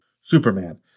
Superman